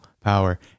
power